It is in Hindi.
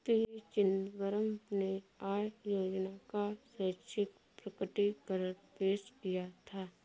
पी चिदंबरम ने आय योजना का स्वैच्छिक प्रकटीकरण पेश किया था